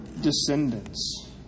descendants